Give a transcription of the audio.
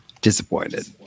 disappointed